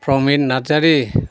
Pramin Narzary